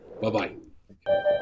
Bye-bye